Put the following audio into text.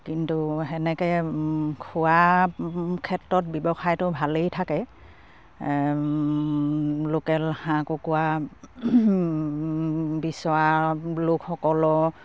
কিন্তু সেনেকে খোৱাৰ ক্ষেত্ৰত ব্যৱসায়টো ভালেই থাকে লোকেল হাঁহ কুকুৰা বিচৰা লোকসকলো